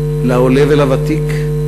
לעולה ולוותיק,